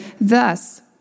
Thus